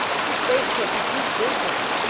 just wait until she sees bismarck!